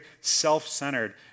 self-centered